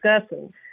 discussing